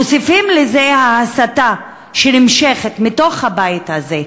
מוסיפים לזה את ההסתה שנמשכת מתוך הבית הזה,